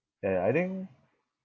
ya ya I think